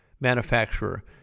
manufacturer